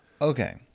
Okay